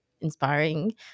inspiring